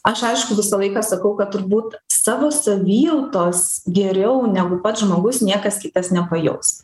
aš aišku visą laiką sakau kad turbūt savo savijautos geriau negu pats žmogus niekas kitas nepajaus